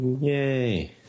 Yay